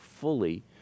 fully